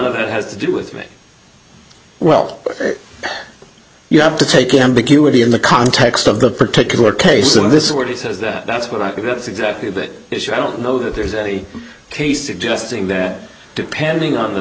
it has to do with me well you have to take ambiguity in the context of the particular case and this is what he says that that's what i think that's exactly that issue i don't know that there's any case suggesting that depending on the